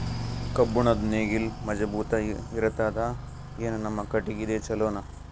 ಕಬ್ಬುಣದ್ ನೇಗಿಲ್ ಮಜಬೂತ ಇರತದಾ, ಏನ ನಮ್ಮ ಕಟಗಿದೇ ಚಲೋನಾ?